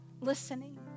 listening